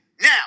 now